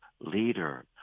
leader